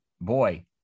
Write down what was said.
boy